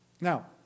Now